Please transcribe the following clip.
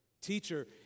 Teacher